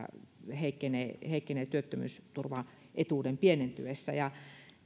heikkenee heikkenee työttömyysturvaetuuden pienentyessä